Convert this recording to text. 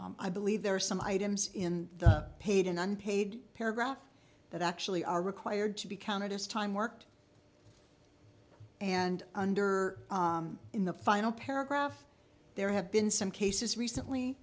page i believe there are some items in the paid and unpaid paragraph that actually are required to be counted as time worked and under in the final paragraph there have been some cases recently